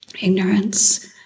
ignorance